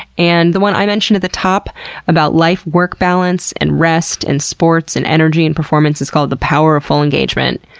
and the one i mentioned at the top about life work balance, and rest and sports and energy and performance is called the power of full engagement.